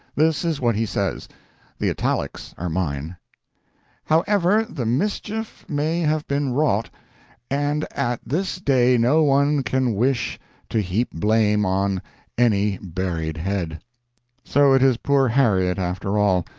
this is what he says the italics are mine however the mischief may have been wrought and at this day no one can wish to heap blame on any buried head' so it is poor harriet, after all.